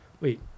wait